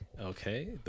Okay